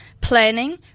planning